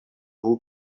who